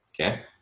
okay